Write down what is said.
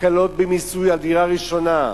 הקלות במיסוי על דירה ראשונה,